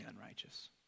unrighteous